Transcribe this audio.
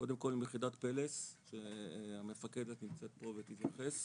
קודם כל עם יחידת פלס שהמפקדת נמצאת פה ותתייחס,